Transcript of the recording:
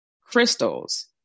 Crystals